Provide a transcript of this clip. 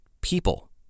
people